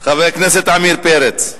חבר הכנסת עמיר פרץ,